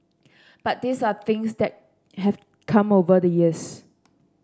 but these are things that have come over the years